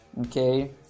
Okay